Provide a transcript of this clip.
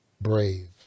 Brave